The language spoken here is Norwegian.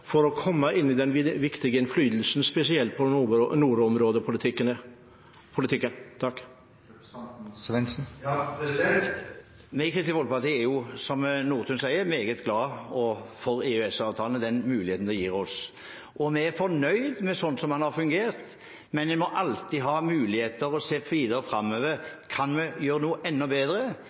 for å få den viktige innflytelsen, spesielt på nordområdepolitikken? Vi i Kristelig Folkeparti er, som Nordtun sier, meget glad for EØS-avtalen og den muligheten den gir oss, og vi er fornøyd med måten den har fungert på. Men vi må alltid se på muligheter og se videre framover – kan vi gjøre noe enda bedre?